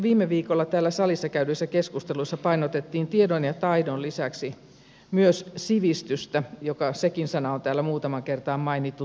viime viikolla täällä salissa käydyissä keskusteluissa painotettiin tiedon ja taidon lisäksi myös sivistystä ja sekin sana on täällä muutamaan kertaan mainittu tänään